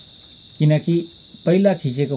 किनकि पहिला खिँचेको फोटो